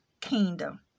kingdom